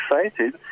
excited